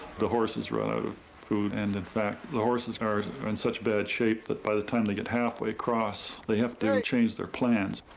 the horses run out of food and in fact the horses are are in such bad shape that by the time they get half way across, they have to change their plans.